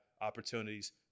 opportunities